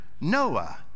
Noah